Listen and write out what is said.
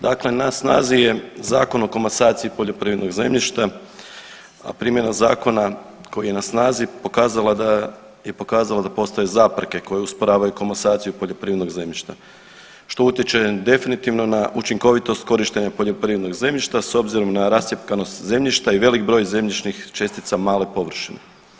Dakle, na snazi je Zakon o komasaciji poljoprivrednog zemljišta a primjena zakona koji je na snazi je pokazala da postoje zapreke koje usporavaju komasaciju poljoprivrednog zemljišta što utječe definitivno na učinkovitost korištenja poljoprivrednog zemljišta s obzirom na rascjepkanost zemljišta i velik broj zemljišnih čestica male površine.